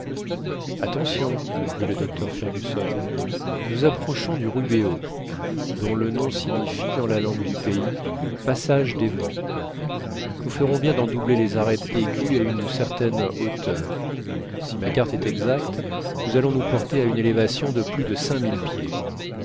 attention dit le docteur fergusson nous approchons du rubeho dont le nom signifie dans la langue du pays passage des vents nous ferons bien d'en doubler les arêtes aiguës à une certaine hauteur si ma carte est exacte nous allons nous porter à une élévation de plus de cinq mille pieds